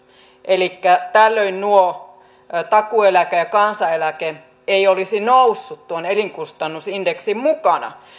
elikkä tällöin takuueläke ja kansaneläke eivät olisi nousseet elinkustannusindeksin mukana